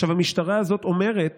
עכשיו, המשטרה הזאת אומרת